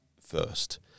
first